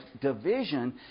division